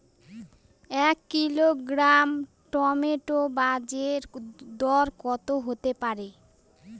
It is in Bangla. এক কিলোগ্রাম টমেটো বাজের দরকত হতে পারে?